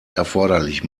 erforderlich